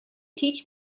teach